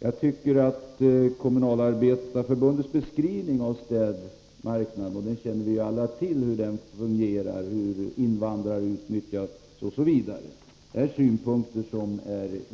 Jag tycker också att Kommunalarbetareförbundets beskrivning av städverksamheten är viktig. Vi känner ju alla till hur städverksamheten fungerar, hur invandrare utnyttjas osv.